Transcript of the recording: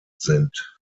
sind